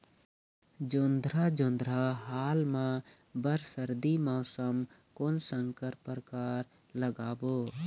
जोंधरा जोन्धरा हाल मा बर सर्दी मौसम कोन संकर परकार लगाबो?